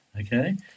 okay